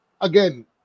again